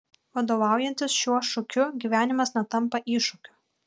vadovaujantis šiuo šūkiu gyvenimas netampa iššūkiu